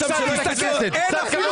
תסתכל, אין אפילו